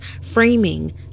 framing